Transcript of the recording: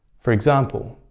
for example